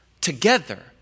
together